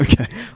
Okay